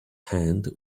hand